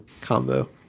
combo